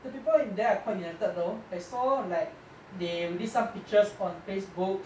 the people in there are quite united though I saw like they release some pictures on facebook